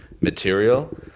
material